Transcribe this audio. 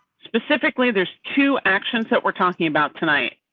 specifically there's two actions that we're talking about tonight,